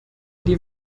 die